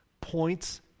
points